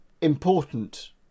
important